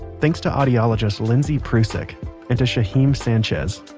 thanks to audiologist lindsay prusick and to shaheem sanchez.